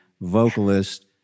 vocalist